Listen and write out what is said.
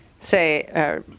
say